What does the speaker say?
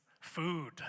Food